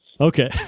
Okay